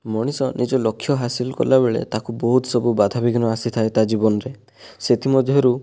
ମଣିଷ ନିଜ ଲକ୍ଷ୍ୟ ହାସିଲ କଲାବେଳେ ତାକୁ ବହୁତ ସବୁ ବାଧା ବିଘ୍ନ ଆସିଥାଏ ତା ଜୀବନରେ ସେଥି ମଧ୍ୟରୁ